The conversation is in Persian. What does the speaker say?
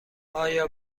آیا